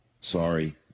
sorry